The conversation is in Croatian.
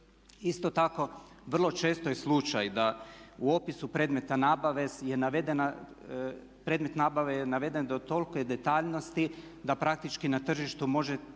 Isto tako vrlo često je slučaj da u opisu predmeta nabave je navedena, predmet nabave je naveden do tolike detaljnosti da praktički na tržištu može